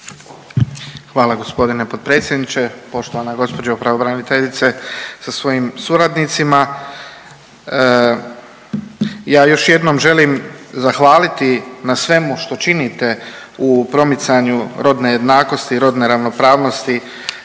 Hvala g. potpredsjedniče. Poštovana gospođo pravobraniteljice sa svojim suradnicima. Ja još jednom želim zahvaliti na svemu što činite u promicanju rodne jednakosti i rodne ravnopravnosti